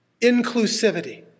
inclusivity